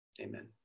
Amen